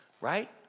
Right